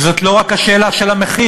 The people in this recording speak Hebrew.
וזאת לא רק השאלה של המחיר.